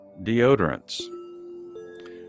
deodorants